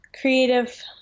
creative